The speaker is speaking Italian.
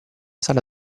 sala